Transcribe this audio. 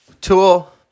Tool